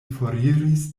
foriris